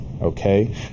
okay